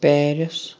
Paris